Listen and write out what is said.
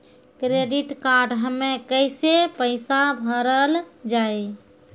Credit card हम्मे कैसे पैसा भरल जाए?